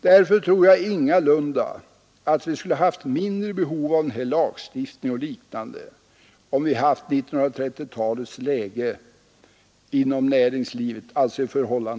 Därför tror jag ingalunda att vi skulle ha haft mindre behov av den här lagstiftningen och liknande, om vi haft 1930 talets läge inom näringslivet i förhållande till staten. Herr talman!